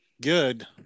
good